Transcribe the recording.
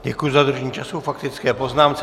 Děkuji za dodržení času k faktické poznámce.